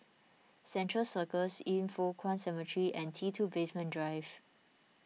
Central Circus Yin Foh Kuan Cemetery and T two Basement Drive